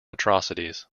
atrocities